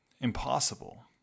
impossible